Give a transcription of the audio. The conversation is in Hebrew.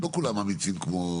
לא כולם אמיצים כמו